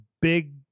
big